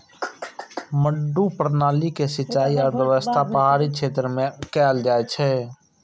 मड्डू प्रणाली के सिंचाइ व्यवस्था पहाड़ी क्षेत्र मे कैल जाइ छै